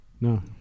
No